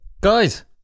Guys